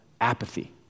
apathy